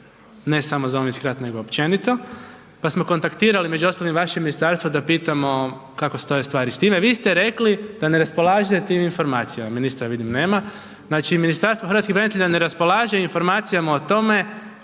se ne razumije./... nego općenito. Pa smo kontaktirali, između ostalih, vaše ministarstvo da pitamo kako stoje stvari s time. Vi ste rekli da ne raspolažete tim informacijama. Ministra vidim nema, znači Ministarstvo hrvatskih branitelja ne raspolaže informacijama o tome